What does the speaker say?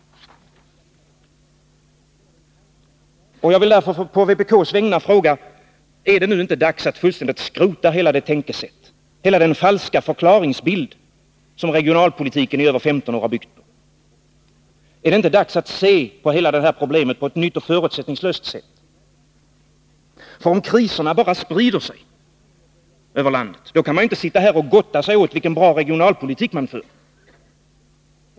Jag vill därför på vpk:s vägnar fråga: Är det inte nu dags att fullständigt skrota hela det tänkesätt, hela den falska förklaringsbild som regionalpolitiken i över 15 år har byggt på? Är det inte dags att se på hela det här problemet på ett nytt och förutsättningslöst sätt? Om kriserna bara sprider sig över landet, då kan man inte sitta här och gotta sig åt vilken bra regionalpolitik man för.